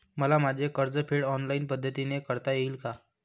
मला माझे कर्जफेड ऑनलाइन पद्धतीने करता येईल का?